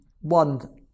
one